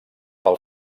pel